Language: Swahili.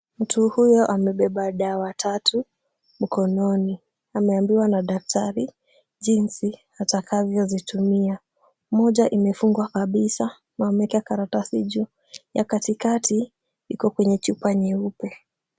Mtu huyo amebeba dawa tatu mkononi. Ameambiwa na daktari jinsi atakavyozitumia. Moja imefungwa kabisa na wameweka karatasi juu. Ya katikati iko kwenye chupa nyeupe.